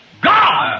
God